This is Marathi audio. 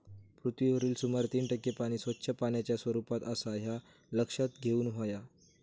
पृथ्वीवरील सुमारे तीन टक्के पाणी स्वच्छ पाण्याच्या स्वरूपात आसा ह्या लक्षात घेऊन हव्या